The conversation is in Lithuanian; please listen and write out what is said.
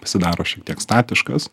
pasidaro šiek tiek statiškas